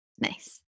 nice